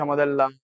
della